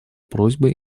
просьбой